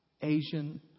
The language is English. Asian